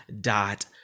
dot